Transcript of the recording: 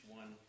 one